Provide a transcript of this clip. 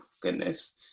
goodness